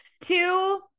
two